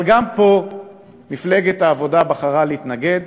אבל גם פה מפלגת העבודה בחרה להתנגד.